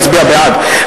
היא הצביעה בעד,